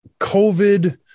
covid